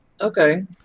Okay